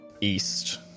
east